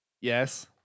Yes